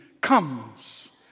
comes